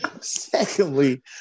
Secondly